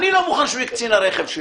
אני לא מוכן שיהיה קצין הבטיחות שלי.